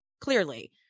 Clearly